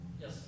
Yes